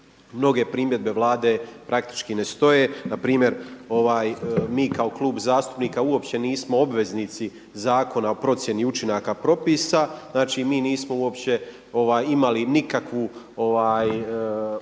mnoge primjedbe Vlade praktički ne stoje, npr. mi kao Klub zastupnika uopće nismo obveznici Zakona o procjeni učinaka propisa, znači mi nismo uopće imali nikakvu obvezu